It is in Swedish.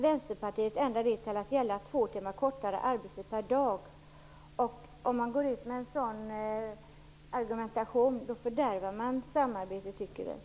Vänsterpartiet ändrade detta till att gälla två timmar kortare arbetstid per dag. Om man går ut med en sådan argumentation tycker vi att man fördärvar samarbetet.